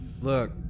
Look